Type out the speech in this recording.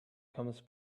comes